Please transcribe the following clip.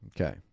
Okay